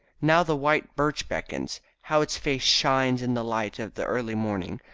now the white birch beckons. how its face shines in the light of the early morning!